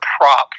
prop